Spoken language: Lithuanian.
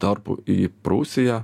tarpu į prūsiją